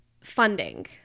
funding